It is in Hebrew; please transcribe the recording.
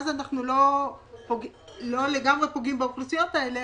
אז אנחנו לא לגמרי פוגעים באוכלוסיות האלה.